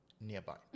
nearby